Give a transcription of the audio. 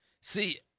See